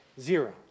Zero